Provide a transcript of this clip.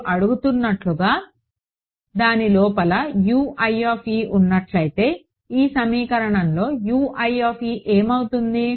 మీరు అడుగుతున్నట్లుగా దాని లోపల ఉన్నట్లయితే ఈ సమీకరణంలో ఏమవుతుంది